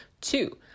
two